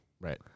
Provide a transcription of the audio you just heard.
Right